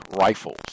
rifles